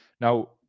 now